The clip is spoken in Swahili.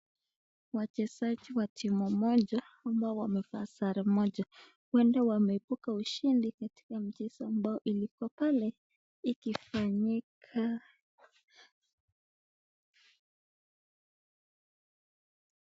Wachezaji wa timu moja ambao wamevaa sare moja, huenda wameibuka ushindi katika mchezo ambao ilikuwa pale ikifanyika.